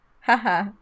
Haha